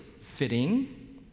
fitting